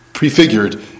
prefigured